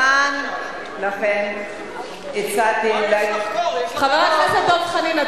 חבר הכנסת דב חנין,